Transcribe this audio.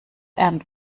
end